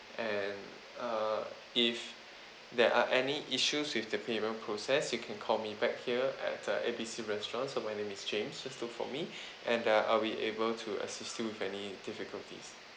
and uh if there are any issues with the payment process you can call me back here at uh A B C restaurant so my name is james just look for me and uh I'll be able to assist you with any difficulties